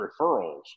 referrals